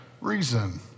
reason